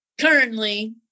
currently